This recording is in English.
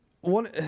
one